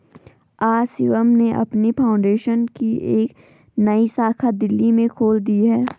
आज शिवम ने अपनी फाउंडेशन की एक नई शाखा दिल्ली में खोल दी है